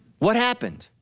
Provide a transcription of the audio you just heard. what happened?